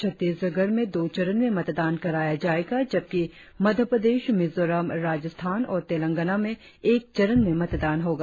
छत्तीसगढ़ में दो चरण में मतदान कराया जाएगा जबकि मध्य प्रदेश मिजोरम राजस्थान और तेलंगाना में एक चरण में मतदान हौगा